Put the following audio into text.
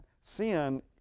sin